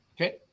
Okay